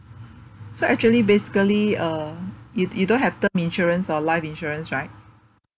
so actually basically uh you you don't have term insurance or life insurance right